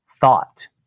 thought